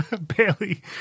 Barely